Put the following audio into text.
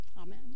Amen